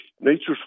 nature's